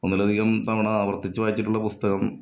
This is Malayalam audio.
ഒന്നിലധികം തവണ ആവര്ത്തിച്ച് വായിച്ചിട്ടുള്ള പുസ്തകം